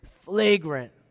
flagrant